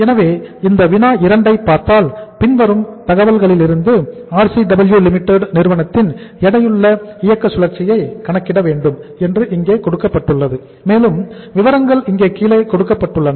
எனவே இந்த வினா எண் 2 ஐ பார்த்தால் பின்வரும் தகவல்களிலிருந்து RCW Limited நிறுவனத்தின் எடையுள்ள இயக்க சுழற்சியை கணக்கிட வேண்டும் என்று இங்கே கொடுக்கப்பட்டுள்ளது மேலும் விவரங்கள் இங்கே கீழே கொடுக்கப்பட்டுள்ளன